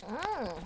hmm